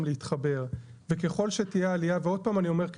להתחבר וככל שתהיה עלייה ועוד פעם אני אומר,